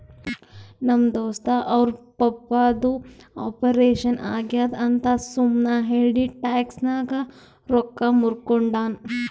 ನಮ್ ದೋಸ್ತ ಅವ್ರ ಪಪ್ಪಾದು ಆಪರೇಷನ್ ಆಗ್ಯಾದ್ ಅಂತ್ ಸುಮ್ ಹೇಳಿ ಟ್ಯಾಕ್ಸ್ ನಾಗ್ ರೊಕ್ಕಾ ಮೂರ್ಕೊಂಡಾನ್